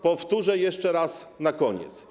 Powtórzę jeszcze raz na koniec.